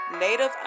native